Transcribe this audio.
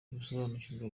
basobanurirwa